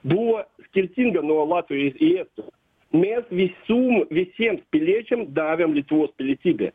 buvo skirtinga nuo latvijos į estijos mes visum visiems piliečiams davėm lietuvos pilietybę